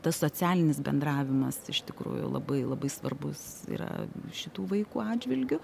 tas socialinis bendravimas iš tikrųjų labai labai svarbus yra šitų vaikų atžvilgiu